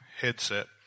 headset